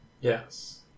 Yes